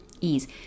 ease